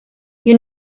you